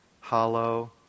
hollow